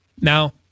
Now